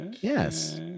Yes